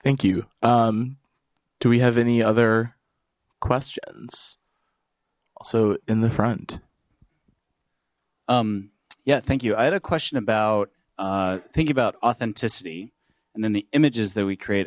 thank you do we have any other questions so in the front yeah thank you i had a question about thinking about authenticity and then the images that we create